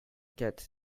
quatre